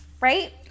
right